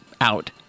out